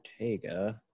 Ortega